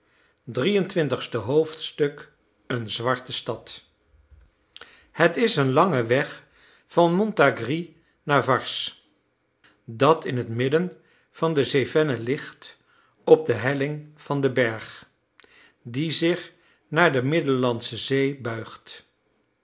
een zwarte stad het is een lange weg van montargis naar varses dat in het midden van de cevennes ligt op de helling van den berg die zich naar de middellandsche zee buigt